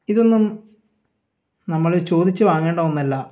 ഇതൊന്നും നമ്മൾ ചോദിച്ച് വാങ്ങേണ്ട ഒന്നല്ല